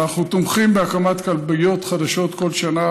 אנחנו תומכים בהקמת כלביות חדשות כל שנה,